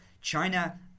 China